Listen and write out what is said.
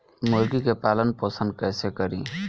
मुर्गी के पालन पोषण कैसे करी?